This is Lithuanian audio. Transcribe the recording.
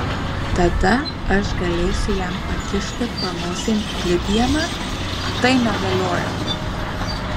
tada aš galėsiu jam pakišti panosėn liudijimą tai negalioja